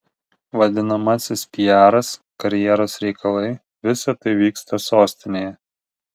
vadinamasis piaras karjeros reikalai visa tai vyksta sostinėje